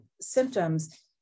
symptoms